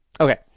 Okay